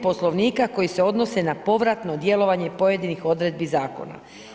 Poslovnika koji se odnose na povratno djelovanje pojedinih odredbi zakona.